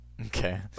Okay